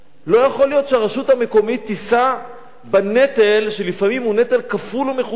לא יכול להיות שהרשות המקומית תישא בנטל שלפעמים הוא נטל כפול ומכופל.